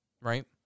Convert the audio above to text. right